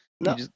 No